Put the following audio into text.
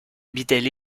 habitaient